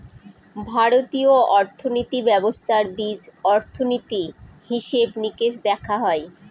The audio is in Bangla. ভারতীয় অর্থনীতি ব্যবস্থার বীজ অর্থনীতি, হিসেব নিকেশ দেখা হয়